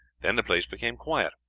then the place became quiet.